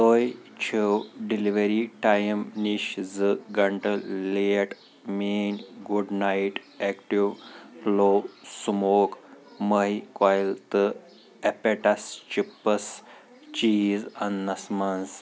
تُہۍ چھِو delivery time نِش زٕ گھنٛٹہٟ لیٹ میٛٲنۍ good night active low smoke مٔہۍ کۄیل تہٕ ایٚپیٚٹَس چِپَس چیٖز اننَس منٛز